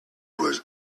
was